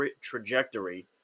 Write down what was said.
trajectory